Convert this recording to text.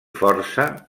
força